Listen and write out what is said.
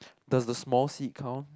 does the small seed count